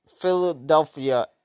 Philadelphia